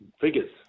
figures